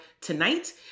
tonight